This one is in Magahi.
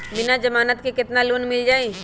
बिना जमानत के केतना लोन मिल जाइ?